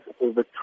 over